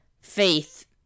faith